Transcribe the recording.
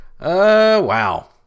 Wow